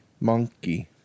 Monkey